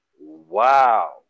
wow